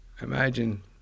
imagine